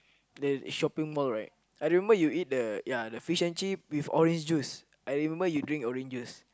the shopping mall right I remember you eat the ya the fish and chip with orange juice I remember you drink orange juice